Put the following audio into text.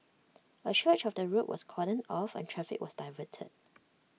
A stretch of the road was cordoned off and traffic was diverted